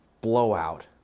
blowout